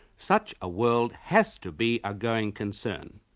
such a world has to be a going concern,